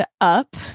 up